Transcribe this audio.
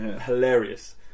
hilarious